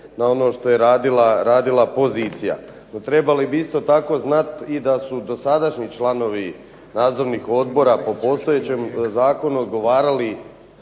na ono što je radila pozicija. No, trebali bi isto tako znat i da su dosadašnji članovi nadzornih odbora po postojećem zakonu odgovarali